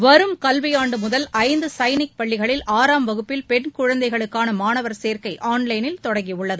வரும் கல்வியாண்டு முதல் ஐந்து சைனிக் பள்ளிகளில் ஆறாம் வகுப்பில் பெண் குழந்தைகளுக்கான மாணவர் சேர்க்கை ஆன்லைனில் தொடங்கியுள்ளது